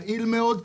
יעיל מאוד,